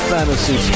Fantasy